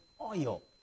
oil